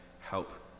help